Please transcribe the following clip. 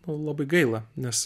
nu labai gaila nes